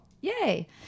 yay